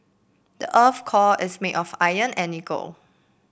the earth core is made of iron and nickel